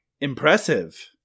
Impressive